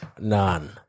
None